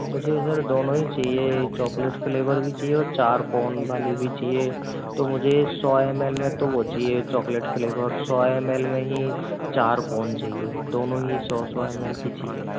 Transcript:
मुझे सर दोनों ही चाहिए चॉकलेट फ़्लेवर भी चाहिए और चारकोन वाली भी चाहिए तो मुझे सौ एम एल में तो वो चाहिए चॉकलेट फ़्लेवर सौ एम एल में ही चारकोन चाहिए दोनों ही सौ सौ एम एल की चाहिए